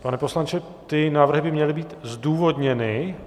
Pane poslanče, ty návrhy by měly být zdůvodněny.